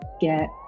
get